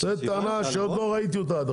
זאת טענה שעוד לא שמעתי עד עכשיו.